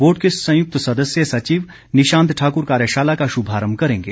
board के संयुक्त सदस्य सचिव निशांत ठाकुर कार्यशाला का शुभारम्भ करेंगे